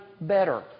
better